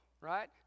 right